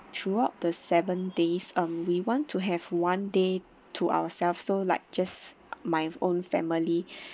throughout the seven days and um we want to have one day to ourselves so like just my own family